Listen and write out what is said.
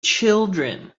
children